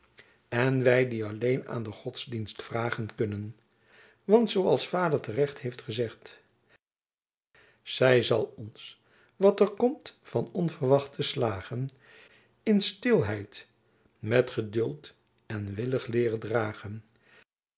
en wy die alleen aan de godsdienst vragen kunnen want zoo als vader te recht heeft gezegd zy zal ons wat er komt van onverwachte slagen in stilheyt met gedult en willigh leeren dragen